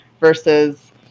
versus